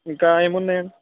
ఇంకా ఏమున్నాయి